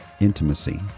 Intimacy